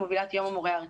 ומובילת יום המורה הארצי.